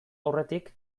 aurretik